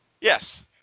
Yes